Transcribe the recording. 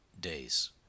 days